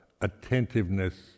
attentiveness